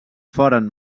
foren